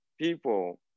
people